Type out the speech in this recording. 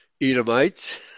Edomite